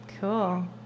Cool